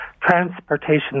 Transportation